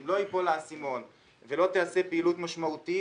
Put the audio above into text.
אם לא ייפול האסימון ולא תיעשה פעילות משמעותית,